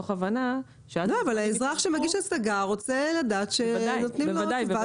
אבל האזרח שמגיש השגה רוצה לדעת שנותנים לו תשובה